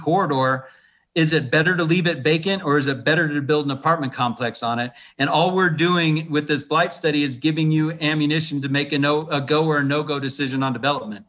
corridor is it better to leave it vacant or is it better to build an apartment complex on it and all we're doing with this blight study is giving you ammunition to make a no go or no go decision on development